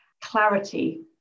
clarity